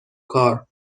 کار